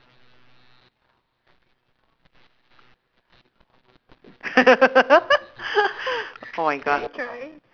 oh my god